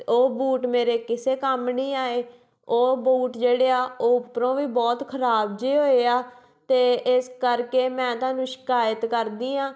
ਅਤੇ ਉਹ ਬੂਟ ਮੇਰੇ ਕਿਸੇ ਕੰਮ ਨਹੀਂ ਆਏ ਉਹ ਬੂਟ ਜਿਹੜੇ ਆ ਉਹ ਉੱਪਰੋਂ ਵੀ ਬਹੁਤ ਖ਼ਰਾਬ ਜਿਹੇ ਹੋਏ ਆ ਅਤੇ ਇਸ ਕਰਕੇ ਮੈਂ ਤੁਹਾਨੂੰ ਸ਼ਿਕਾਇਤ ਕਰਦੀ ਹਾਂ